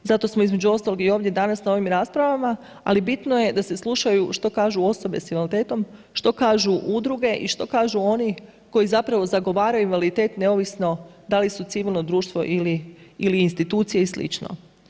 Zato smo između ostalog i ovdje danas na ovim raspravama, ali bitno je da se slušaju što kažu osobe sa invaliditetom, što kažu udruge i što kažu oni koji zapravo zagovaraju invaliditet neovisno da li su civilno društvo ili institucije i slično.